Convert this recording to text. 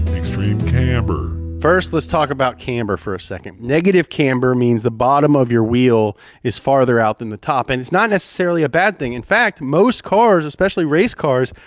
extreme camber. first, let's talk about camber for a second. negative camber means the bottom of your wheel is farther out than the top, and it's not necessarily a bad thing. in fact, most cars, especially race cars,